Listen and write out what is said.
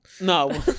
No